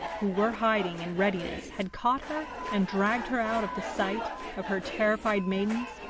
who were hiding in readiness, had caught her and dragged her out of the sight of her terrified maidens,